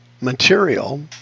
material